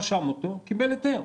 רשם אותו וקיבל היתר.